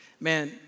Man